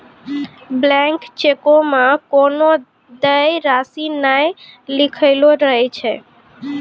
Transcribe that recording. blank चेको मे कोनो देय राशि नै लिखलो रहै छै